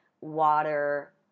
water